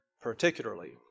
particularly